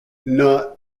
not